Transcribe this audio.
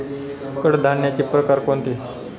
कडधान्याचे प्रकार कोणते?